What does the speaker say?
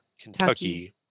Kentucky